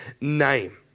name